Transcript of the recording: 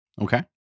Okay